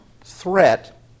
threat